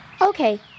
Okay